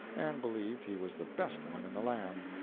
and believed he was the best one in the land,